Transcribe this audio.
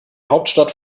hauptstadt